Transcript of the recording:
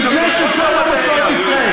מפני שזו לא מסורת ישראל.